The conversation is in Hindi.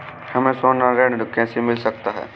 हमें सोना ऋण कैसे मिल सकता है?